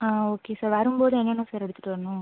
ஆ okay sir வரும்போது என்னென்ன sir எடுத்துட்டு வரணும்